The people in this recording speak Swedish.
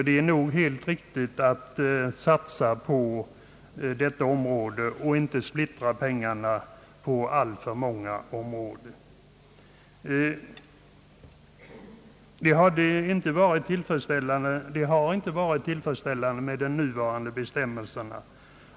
Det är nog helt riktigt att satsa på detta område och inte splittra pengarna på alltför många områden. Det har inte varit tillfredsställande med de nuvarande bestämmelserna.